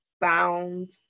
bound